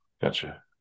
Gotcha